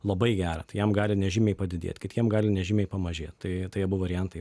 labai gerą tai jam gali nežymiai padidėt kitiem gali nežymiai pamažėt tai tai abu variantai